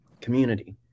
community